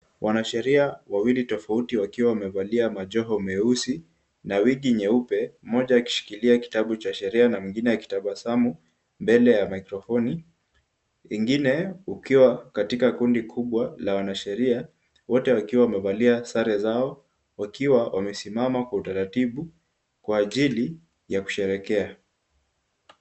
Wanasheria wawili tofauti wakiwa wamevalia majoho meusi na wigi nyeupe. Mmoja akishikilia kitabu cha sheria na mwingine akitabasamu mbele ya maikrofoni ingine ukiwa katika kundi kubwa la wanasheria wote wakiwa wamevalia sare zao wakiwa wamesimama kwa utaratibu kwa ajili ya kusherehekea.